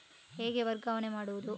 ಹೇಗೆ ವರ್ಗಾವಣೆ ಮಾಡುದು?